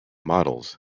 models